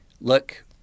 look